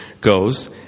goes